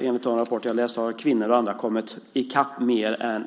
Enligt en rapport som jag har läst har kvinnor däremot kommit i kapp. Monica